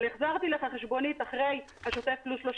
אבל החזרתי לך חשבונית אחרי השוטף פלוס 30